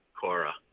Cora